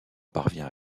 parvient